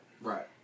right